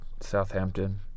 Southampton